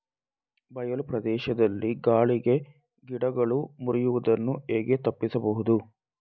ಬಯಲು ಪ್ರದೇಶದಲ್ಲಿ ಗಾಳಿಗೆ ಗಿಡಗಳು ಮುರಿಯುದನ್ನು ಹೇಗೆ ತಪ್ಪಿಸಬಹುದು?